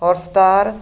Hotstar